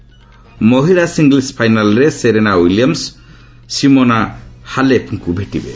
ମହିଳା ସିଙ୍ଗଲ୍ସ୍ ଫାଇନାଲ୍ରେ Serena Williams Simona ହାଲେପ୍ଙ୍କୁ ଭେଟିବେ